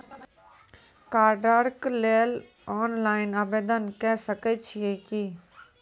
कार्डक लेल ऑनलाइन आवेदन के सकै छियै की?